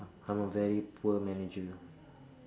I'm a very poor manager